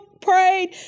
prayed